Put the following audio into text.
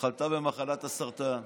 חלתה במחלת הסרטן.